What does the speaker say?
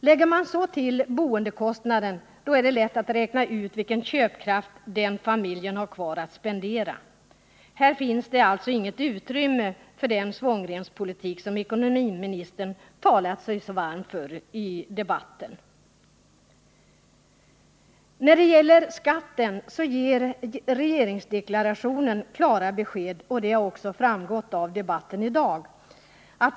Lägger man så till boendekostnaden är det lätt att räkna ut vilken köpkraft den familjen har kvar. Här finns det alltså inget utrymme för den svångremspolitik som ekonomiministern talat sig så varm för i debatten. När det gäller skatten ger regeringsdeklarationen klara besked. Även i dagens debatt har det getts klara besked.